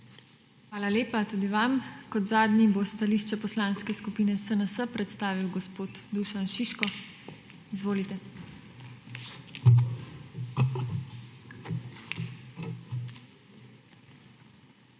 Hvala lepa tudi vam. Kot zadnji bo stališče Poslanske skupine SNS predstavil gospod Dušan Šiško. Izvolite. DUŠAN